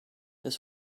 this